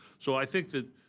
so i think that